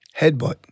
Headbutt